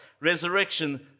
Resurrection